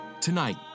Tonight